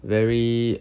very